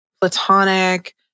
platonic